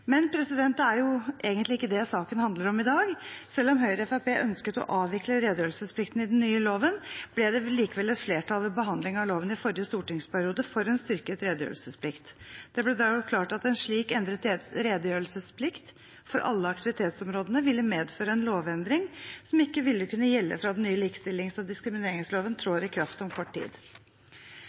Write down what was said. Men det er egentlig ikke det saken handler om i dag. Selv om Høyre og Fremskrittspartiet ønsket å avvikle redegjørelsesplikten i den nye loven, ble det likevel flertall – ved behandling av loven i forrige stortingsperiode – for en styrket redegjørelsesplikt. Det ble da gjort klart at en slik endret redegjørelsesplikt, for alle aktivitetsområdene, ville medføre en lovendring som ikke ville kunne gjelde fra den nye likestillings- og diskrimineringsloven trår i kraft om kort tid.